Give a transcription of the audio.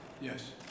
Yes